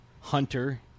Hunter